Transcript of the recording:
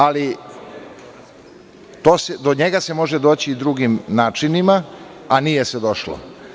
Ali do njega se može doći i drugim načinima, a nije se došlo.